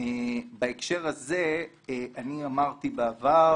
בהקשר הזה, אני אמרתי בעבר